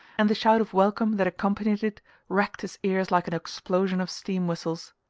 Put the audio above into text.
and the shout of welcome that accompanied it racked his ears like an explosion of steam-whistles.